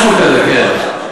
משהו כזה, כן.